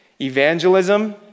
evangelism